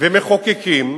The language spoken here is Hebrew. ומחוקקים,